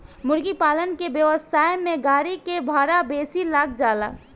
मुर्गीपालन के व्यवसाय में गाड़ी के भाड़ा बेसी लाग जाला